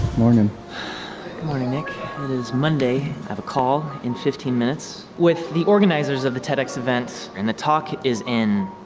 mornin morning, nick but is monday. i have a call in fifteen minutes with the organizers of the tedx events and the talk is in